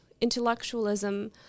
intellectualism